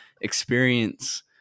experience